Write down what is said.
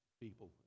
people